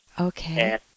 Okay